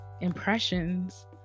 impressions